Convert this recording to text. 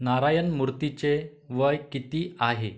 नारायण मूर्तीचे वय किती आहे